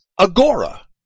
agora